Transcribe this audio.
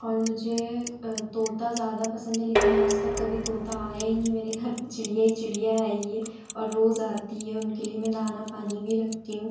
और मुझे तोता ज़्यादा पसन्द है लेकिन आज तक कभी तोता आया ही नहीं मेरे घर पर चिड़िया ही चिड़िया आई है और रोज़ आती है उनके लिए मैं दाना पानी भी रखती हूँ